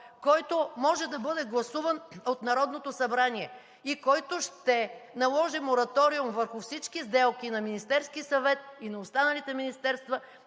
който може да бъде гласуван от Народното събрание и който ще наложи мораториум върху всички сделки на Министерския съвет и на останалите министерства